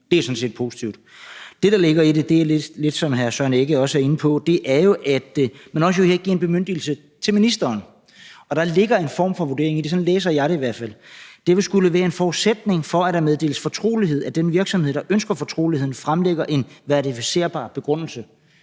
Det er sådan set positivt. Det andet, der ligger i det, er lidt det, som hr. Søren Egge Rasmussen også er inde på; at der jo også i virkeligheden er en bemyndigelse til ministeren. Og der ligger en form for vurdering i det. Sådan læser jeg det i hvert fald: Det vil skulle være en forudsætning for, at der meddeles fortrolighed, at den virksomhed, der ønsker fortroligheden, fremlægger en verificerbar begrundelse.